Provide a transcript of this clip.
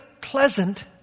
pleasant